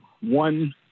one